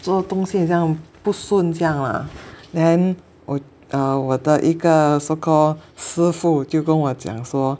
做东西很像不顺这样啦 then 我 uh 我的一个 so called 师傅就跟我讲说